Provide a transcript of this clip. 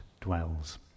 dwells